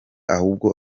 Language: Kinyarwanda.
ahubwo